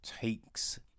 takes